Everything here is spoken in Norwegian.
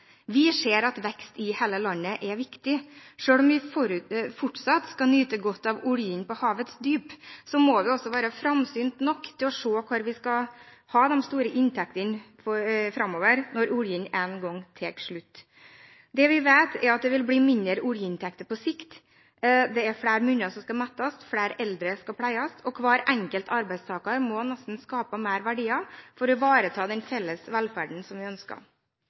Vi ser at vekst i hele landet er viktig. Selv om vi fortsatt skal nyte godt av oljen på havets dyp, må vi også være framsynte nok til å se hvorfra vi skal få de store inntektene framover, når oljen en gang tar slutt. Det vi vet, er at det vil bli mindre oljeinntekter på sikt, flere munner som skal mettes, og flere eldre som skal pleies, og hver enkelt arbeidstaker må nesten skape mer verdier for å ivareta den felles velferden som vi ønsker.